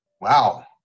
Wow